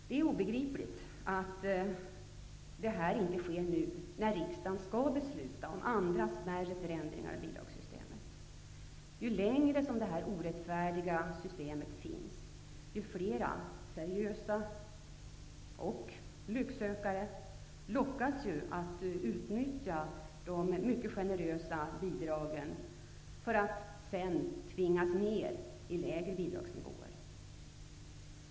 Det är obegripligt att den här förändringen inte sker nu, när riksdagen skall besluta om andra, smärre förändringar av bidragssystemet. Ju längre det här orättfärdiga systemet finns kvar, desto fler -- både seriösa intressenter och lycksökare -- blir de som lockas att utnyttja de mycket generösa bidragen, för att senare tvingas ner till lägre bidragsnivåer.